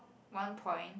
one point